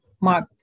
Mark